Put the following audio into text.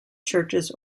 churches